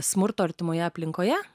smurto artimoje aplinkoje